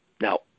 Now